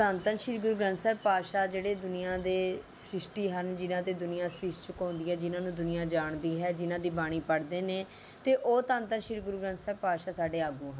ਧੰਨ ਧੰਨ ਸ਼੍ਰੀ ਗੁਰੂ ਗ੍ਰੰਥ ਸਾਹਿਬ ਪਾਤਸ਼ਾਹ ਜਿਹੜੇ ਦੁਨੀਆਂ ਦੇ ਸ਼੍ਰਿਸ਼ਟੀ ਹਨ ਜਿਹਨਾਂ 'ਤੇ ਦੁਨੀਆਂ ਸੀਸ ਝੁਕਾਉਂਦੀ ਹੈ ਜਿਹਨਾਂ ਨੂੰ ਦੁਨੀਆਂ ਜਾਣਦੀ ਹੈ ਜਿਹਨਾਂ ਦੀ ਬਾਣੀ ਪੜ੍ਹਦੇ ਨੇ ਅਤੇ ਉਹ ਧੰਨ ਧੰਨ ਸ਼੍ਰੀ ਗੁਰੂ ਗ੍ਰੰਥ ਸਾਹਿਬ ਪਾਤਸ਼ਾਹ ਸਾਡੇ ਆਗੂ ਹਨ